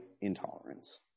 intolerance